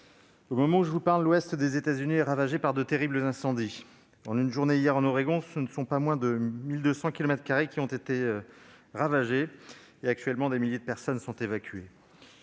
Au moment où je vous parle, l'ouest des États-Unis est ravagé par de terribles incendies. En une journée, hier, dans l'Oregon, ce ne sont pas moins de 1 200 kilomètres carrés qui ont été réduits en fumée, et actuellement des milliers de personnes sont évacuées.